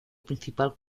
principal